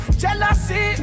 jealousy